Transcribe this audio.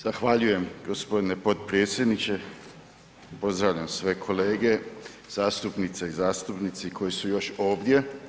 Zahvaljujem g. potpredsjedniče, pozdravljam sve kolege zastupnice i zastupnici koji su još ovdje.